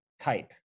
type